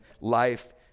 life